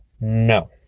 No